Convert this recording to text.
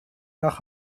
nach